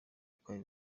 rwari